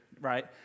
right